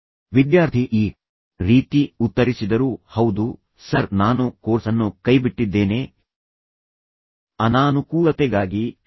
ವಿದ್ಯಾರ್ಥಿ ಈ ರೀತಿ ಉತ್ತರಿಸಿದರು ಹೌದು ಸರ್ ನಾನು ಕೋರ್ಸ್ ಅನ್ನು ಕೈಬಿಟ್ಟಿದ್ದೇನೆ ಅನಾನುಕೂಲತೆಗಾಗಿ ಕ್ಷಮಿಸಿ